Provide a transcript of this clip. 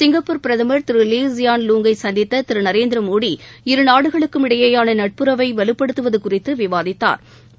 Singapore பிரதம் திரு Lee Hsien Loong கை சந்தித்த திரு நரேந்திரமோடி இரு நாடுகளுக்கும் இடையேயான நட்புறவை வலுப்படுத்துவது குறித்து விவாதித்தாா்